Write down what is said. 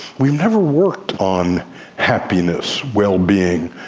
we've never worked on happiness, well-being,